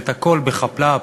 הכול בחאפ-לאפ,